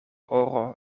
oro